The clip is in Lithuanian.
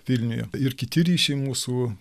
vilniuje ir kiti ryšiai mūsų